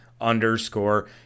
underscore